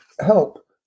help